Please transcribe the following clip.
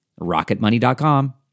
Rocketmoney.com